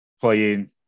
playing